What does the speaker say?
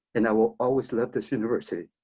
and i will always love this university.